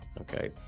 okay